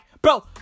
Bro